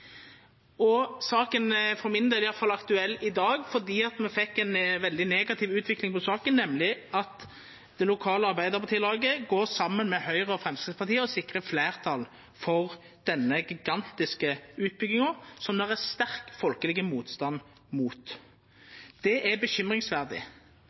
Saka er iallfall for min del aktuell i dag, fordi me fekk ei veldig negativ utvikling av saka. Det lokale Arbeidarparti-laget går nemleg saman med Høgre og Framstegspartiet og sikrar fleirtal for denne gigantiske utbygginga, som det er sterk folkeleg motstand